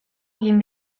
egin